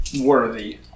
worthy